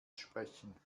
sprechen